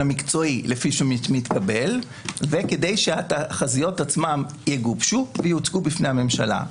המקצועי לפי שמתקבל וכדי שהתחזיות עצמן יגובשו ויוצגו בפני הממשלה.